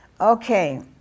Okay